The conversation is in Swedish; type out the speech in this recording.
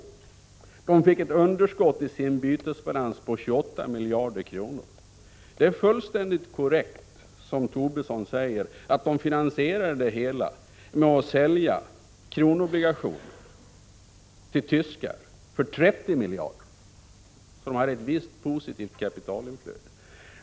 Man fick ett underskott i sin bytesbalans på 28 miljarder kronor. Det är fullständigt korrekt, som Tobisson säger, att man finansierade det hela med att sälja kronoobligationer till tyskar för 30 miljarder, som innebar ett visst positivt kapitalinflöde.